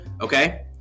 okay